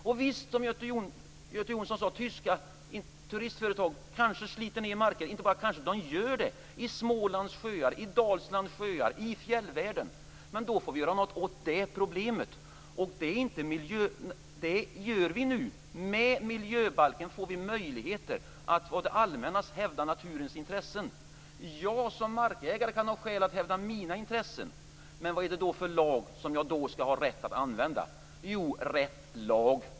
Precis som Göte Jonsson sade kan tyska turister slita ned marken vid Smålands och Dalslands sjöar och i fjällvärlden. Då får vi göra något åt det problemet. Det gör vi nu. Med miljöbalken får vi möjligheter att å det allmännas vägnar hävda naturens intressen. Jag kan som markägare ha skäl att hävda mina intressen. Men vad är det för lag jag skall använda?